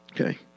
Okay